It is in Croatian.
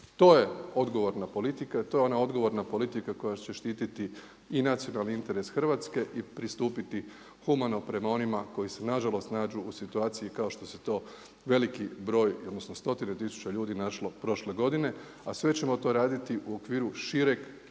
To je odgovorna politika, to je ona odgovorna politika koja će štiti i nacionalni interes Hrvatske i pristupiti humano prema onima koji se nažalost nađu u situaciji kao što se to veliki broj, odnosno stotine tisuća ljudi našlo prošle godine, a sve ćemo to raditi u okviru šireg